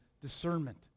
discernment